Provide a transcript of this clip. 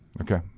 Okay